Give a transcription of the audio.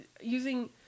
using